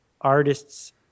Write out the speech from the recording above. artists